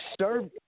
served